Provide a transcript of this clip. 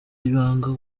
ibanga